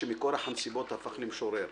שמכורח הנסיבות הפך למשורר.